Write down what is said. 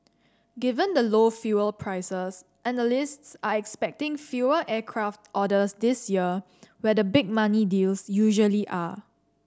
given the low fuel prices analysts are expecting fewer aircraft orders this year where the big money deals usually are